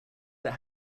that